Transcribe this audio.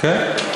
כן.